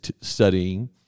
studying